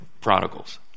prodigals